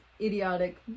idiotic